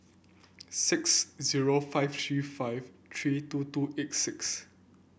six zero five three five three two two eight six